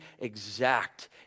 exact